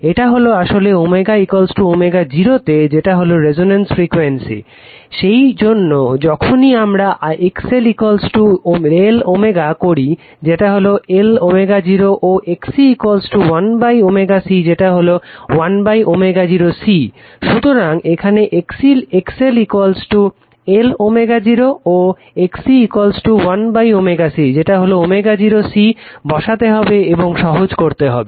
এটা হলো আসলে ω ω0 তে যেটা হলো রেজোন্যান্সে ফ্রিকুয়েন্সি সেই জন্য যখনই আমারা XL L ω করি যেটা হলো Lω0 ও XC 1ω C যেটা হলো 1ω0 c সুতরাং এখানে XL L ω0 ও XC 1ω C যেটা হলো ω0 C বসাতে হবে এবং সহজ করতে হবে